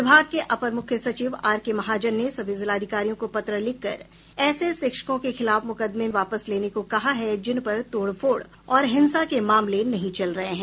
विभाग के अपर मुख्य सचिव आर के महाजन ने सभी जिलाधिकारियों को पत्र लिखकर ऐसे शिक्षकों के खिलाफ मुकदमें वापस लेने को कहा है जिनपर तोड़फोड़ और हिंसा के मामले नहीं चल रहे हैं